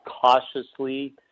cautiously